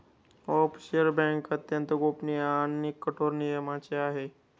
offshore बँका अत्यंत गोपनीय आणि कठोर नियमांच्या आहे